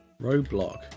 Roadblock